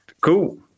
Cool